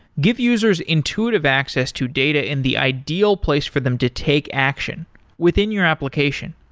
give users intuitive access to data in the ideal place for them to take action within your application.